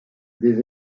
des